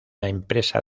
empresa